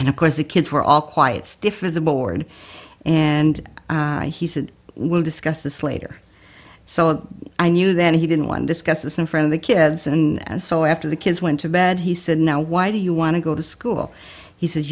and of course the kids were all quiet stiffer the board and he said we'll discuss this later so i knew that he didn't one discuss this in front of the kids and so after the kids went to bed he said now why do you want to go to school he says